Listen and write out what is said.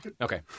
Okay